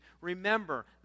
remember